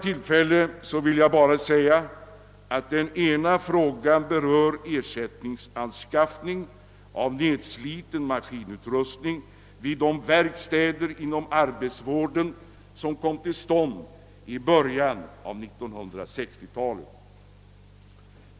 Här vill jag bara nämna att en av frågorna berör ersättningsanskaffning till följd av nedsliten maskinutrustning vid de verkstäder inom arbetsvården som kom till stånd i början av 1960-talet.